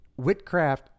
Whitcraft